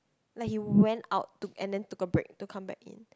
like he went out to and then took a break to come back in